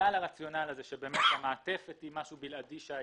הרציונל זה שהמעטפת היא משהו בלעדי ליזם,